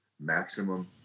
maximum